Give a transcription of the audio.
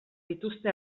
dituzte